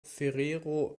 ferrero